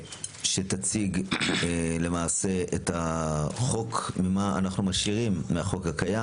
שתציג את החוק, את מה שאנחנו משאירים מהחוק הקיים.